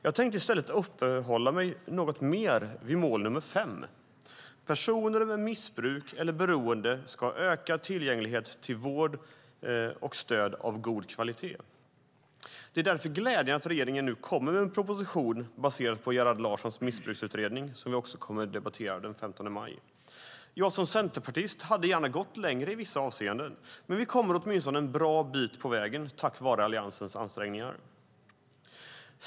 Jag tänkte i stället uppehålla mig något mer vid mål nr 5: Personer med missbruk eller beroende ska ha ökad tillgänglighet till vård och stöd av god kvalitet. Det är därför glädjande att regeringen nu kommer med en proposition baserad på Missbruksutredningen av Gerhard Larsson, som vi kommer att debattera den 15 maj. Jag som centerpartist hade gärna gått längre i vissa avseenden, men vi kommer åtminstone en bra bit på vägen tack vare Alliansens ansträngningar.